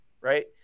right